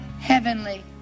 Heavenly